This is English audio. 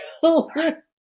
children